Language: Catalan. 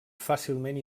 fàcilment